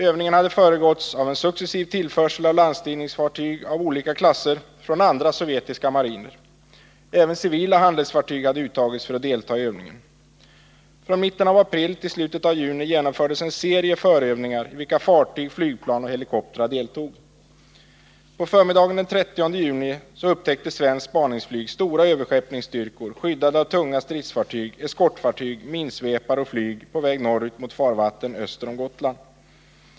Övningen hade föregåtts av en successiv tillförsel av landstigningsfartyg av olika klasser från andra sovjetiska mariner, och även civila Från mitten av april till slutet av juni genomfördes en serie förövningar, i vilka fartyg, flygplan och helikoptrar deltog. På förmiddagen den 30 juni upptäckte svenskt spaningsflyg stora överskeppningsstyrkor, skyddade av tunga stridsfartyg, eskortfartyg, minsvepare och flyg, på väg norrut mot farvattnen öster om Gotland.